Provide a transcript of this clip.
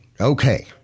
Okay